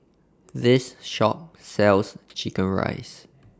This Shop sells Chicken Rice